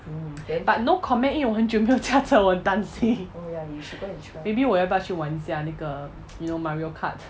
but no comment 因为我很久没有驾车我很担心 maybe 我要不要去玩一下那个 you know mario cart